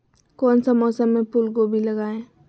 कौन सा मौसम में फूलगोभी लगाए?